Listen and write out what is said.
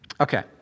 Okay